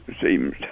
seems